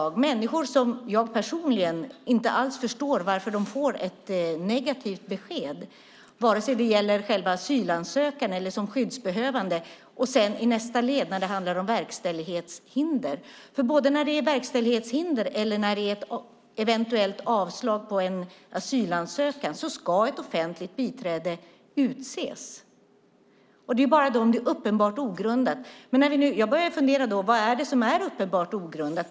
Här har vi människor som jag personligen inte alls förstår varför de får ett negativt besked, vare sig det gäller själva asylansökan, om det är skyddsbehövande eller i nästa led där det handlar om verkställighetshinder. Både när det är verkställighetshinder och när det är ett eventuellt avslag på en asylansökan ska ett offentligt biträde utses. Motsatsen gäller bara om det är uppenbart ogrundat. Jag börjar fundera på vad det är som är uppenbart ogrundat.